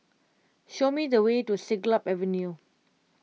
show me the way to Siglap Avenue